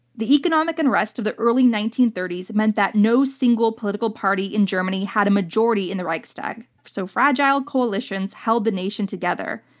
the economic unrest of the early nineteen thirty s meant that no single political party in germany had a majority in the reichstag, so fragile coalitions held the nation together.